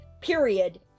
period